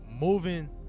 moving